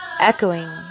echoing